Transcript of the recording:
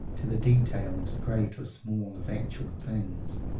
to the details, great or small, of actual things,